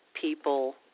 people –